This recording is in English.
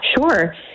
Sure